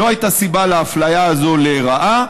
לא הייתה סיבה לאפליה הזו לרעה,